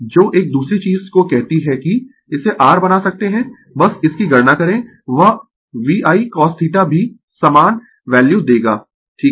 जो एक दूसरी चीज को कहती है कि इसे r बना सकते है बस इसकी गणना करें वह V I cosθ भी समान वैल्यू देगा ठीक है